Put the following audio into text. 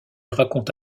raconte